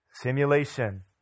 simulation